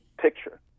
picture